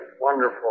wonderful